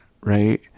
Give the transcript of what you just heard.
right